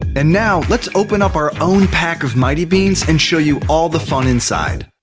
and now let's open up our own pack of mighty beanz and show you all the fun inside.